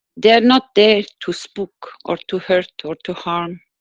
they are not there to spook, or to hurt, or to harm,